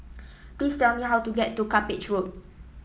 please tell me how to get to Cuppage Road